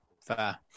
Fair